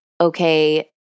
okay